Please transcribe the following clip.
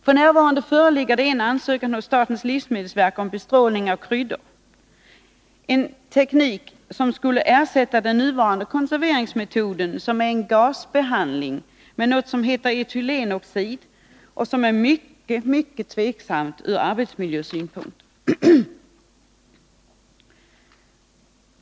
F.n. ligger en ansökan hos statens livsmedelsverk om bestrålning av kryddor, en teknik som skulle ersätta den nuvarande konserveringsmetoden, som är en gasbehandling med något som heter etylenoxid och som är mycket tveksamt ur arbetsmiljösynpunkt.